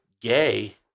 gay